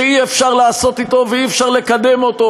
שאי-אפשר לעשות אותו ואי-אפשר לקדם אותו,